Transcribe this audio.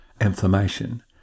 inflammation